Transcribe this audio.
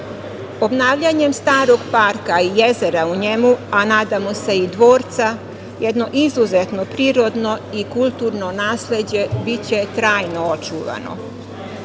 Obnavljanjem „Starog parka“ i jezera u njemu, a nadamo se i dvorca, jedno izuzetno prirodno i kulturno nasleđe biće trajno očuvano.U